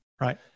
right